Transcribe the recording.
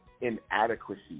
inadequacy